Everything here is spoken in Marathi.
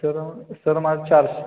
सर सर माझं चारशे